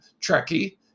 Trekkie